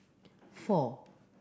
four